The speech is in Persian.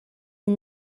این